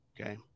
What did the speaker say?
Okay